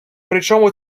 причому